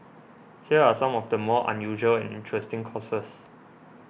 here are some of the more unusual and interesting courses